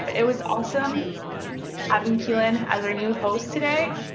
it was awesome having keelan as our new host today